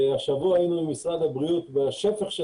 השבוע היינו עם משרד הבריאות בשפך של